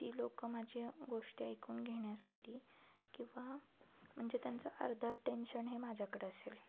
ती लोकं माझ्या गोष्टी ऐकून घेण्यासाठी किंवा म्हणजे त्यांचं अर्धं अटेन्शन हे माझ्याकडं असेल